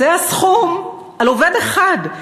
זה הסכום על עובד אחד,